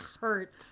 hurt